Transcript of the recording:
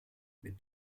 mit